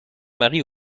marie